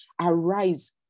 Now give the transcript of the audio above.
arise